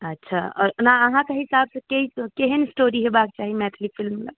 अच्छा ओना अहाँके हिसाबसँ के केहन स्टोरी कि हेबाक चाही मैथिली फिलिमलए